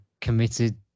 committed